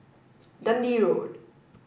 Dundee Road